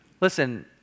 Listen